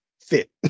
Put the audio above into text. fit